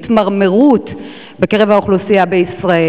התמרמרות בקרב האוכלוסייה בישראל,